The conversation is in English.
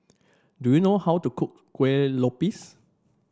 do you know how to cook Kueh Lopes